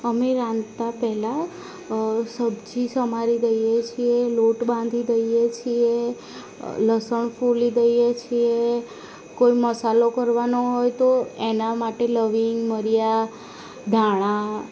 અમે રાંધતા પહેલાં સબ્જી સમારી દઈએ છીએ લોટ બાંધી દઈએ છીએ લસણ ફોલી દઈએ છીએ કોઈ મસાલો કરવાનો હોય તો એના માટે લવિંગ મરી ધાણાં